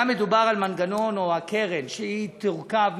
היה מדובר על מנגנון או על קרן שתורכב,